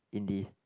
indie